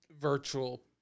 virtual